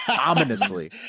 ominously